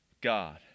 God